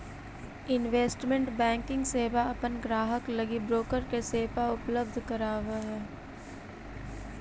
investment banking सेवा अपन ग्राहक लगी ब्रोकर के सेवा उपलब्ध करावऽ हइ